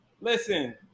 Listen